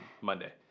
Monday